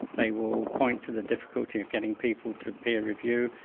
they will point to the difficulty of getting people to peer review,